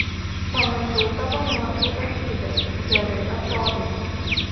pamačiau tavo nuotrauką fyde gerai atrodai